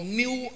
new